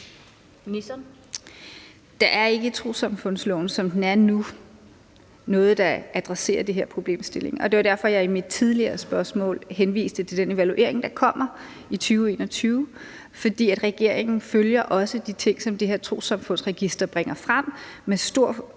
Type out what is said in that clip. Der er ikke i trossamfundsloven, som den er nu, noget, der adresserer den her problemstilling, og det er derfor, at jeg i mit tidligere svar på et spørgsmål henviste til den evaluering, der kommer i 2021. For regeringen følger også de ting, som det her Trossamfundsregister bringer frem, med stor